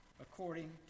according